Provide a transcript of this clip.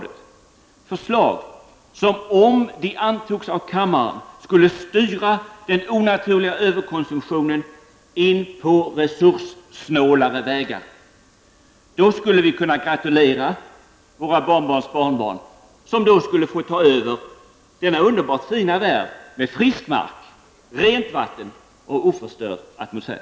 Det gäller förslag som om de antogs av kammaren skulle styra den onaturliga överkonsumtionen in på resurssnålare vägar. Då skulle vi kunna gratulera våra barnbarns barnbarn som får ta över denna underbart fina värld med frisk mark, rent vatten och oförstörd atmosfär.